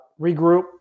regroup